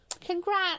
Congrats